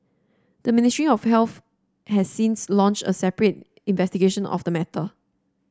the Ministry of Health has since launched a separate investigation of the matter